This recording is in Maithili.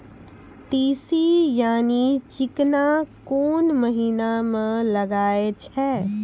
तीसी यानि चिकना कोन महिना म लगाय छै?